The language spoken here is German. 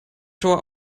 tor